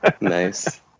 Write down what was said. Nice